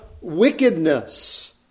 wickedness